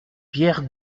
pierre